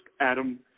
Adam